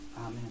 Amen